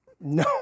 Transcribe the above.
No